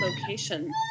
location